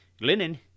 linen